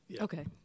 okay